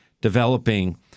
developing